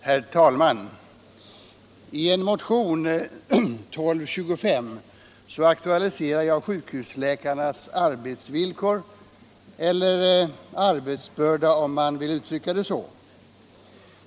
Herr talman! I en motion, nr 1225, aktualiserar jag sjukhusläkarnas arbetsvillkor, eller arbetsbörda om man vill uttrycka det så.